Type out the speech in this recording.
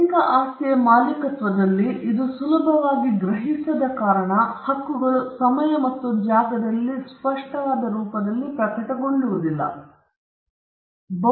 ಬೌದ್ಧಿಕ ಆಸ್ತಿಯ ಮಾಲೀಕತ್ವದಲ್ಲಿ ಇದು ಸುಲಭವಾಗಿ ಗ್ರಹಿಸದ ಕಾರಣ ಹಕ್ಕುಗಳು ಸಮಯ ಮತ್ತು ಜಾಗದಲ್ಲಿ ಸ್ಪಷ್ಟವಾದ ರೂಪದಲ್ಲಿ ಪ್ರಕಟಗೊಳ್ಳುವುದಿಲ್ಲ